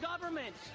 government